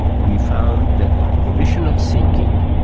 we found that volitional thinking,